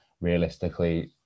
realistically